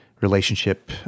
relationship